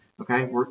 Okay